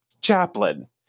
chaplain